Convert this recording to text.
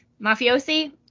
Mafiosi